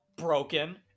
Broken